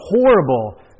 horrible